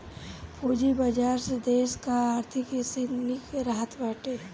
पूंजी बाजार से देस कअ आर्थिक स्थिति निक रहत बाटे